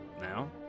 now